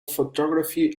photography